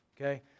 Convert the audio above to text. okay